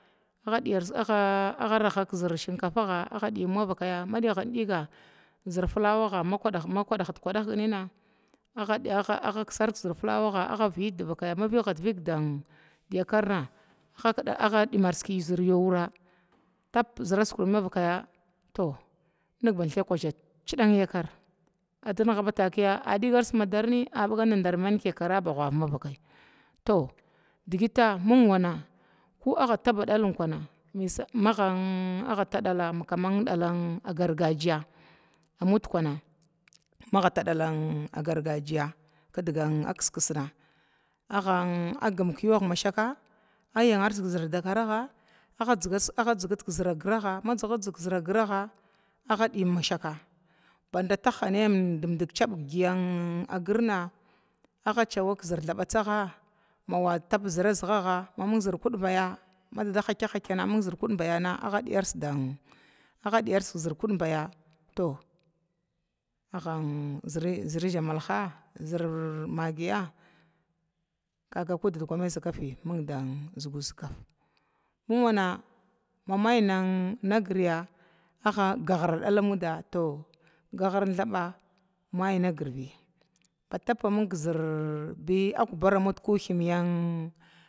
Agga rahars zər shinkafaga adiyim manvakaya ma digimdiga zər flawaga makudahil kudnina, akisart zər flawaga agga guyit divakaya yakarna agga diyis zərar wura tab zəraskur minvakaya, to anniga ba kuzakazan cidan a dzama takiya adkiar madarni abagadar yakara ba gav manvakaya, to digita mingwa ko abba taɗala ko abba dala gargajiya amma kuna diga kiskisna agga ta dala gargajiya aggu kiyuwag ma shaka ayyangas zər dakaraga azigir zəra giraga addiyim mashaka, mada kaba ghiya girna aciwa zər thabatsaga tap zəra zəgaga maming zər kudbaya agga diyars zər kudbaya, to azan zor idzamalaha zər maggiya kaga ko dadkami zakafi mingwa mamy nagrya aggi ghra dala mauda mai nagira bi batab amming zer kumi yan.